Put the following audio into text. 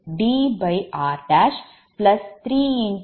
2DnD mHKm